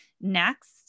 next